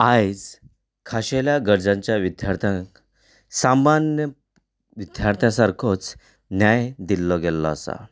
आयज खाशेल्या गरजांच्या विद्यार्थ्यांक सामान्य विद्यार्थ्यां सारकोच न्याय दिल्लो गेल्लो आसा